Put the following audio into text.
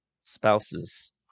spouses